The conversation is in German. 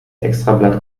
extrablatt